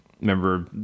Remember